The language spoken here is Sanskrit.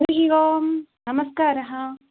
हरिः ओम् नमस्कारः